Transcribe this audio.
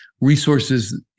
resources